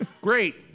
Great